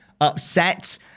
upset